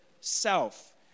self